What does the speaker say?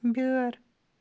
بیٲر